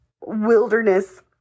wilderness